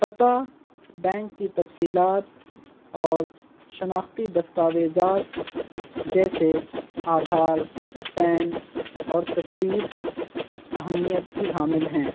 پتاہ بینک کی تفصیلات اور شناختی دستاویزات جیسے آدھار پین اور تصویر اہمیت کی حامل ہیں